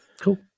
Cool